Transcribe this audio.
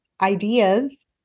ideas